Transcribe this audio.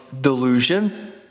delusion